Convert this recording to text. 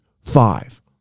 Five